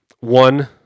one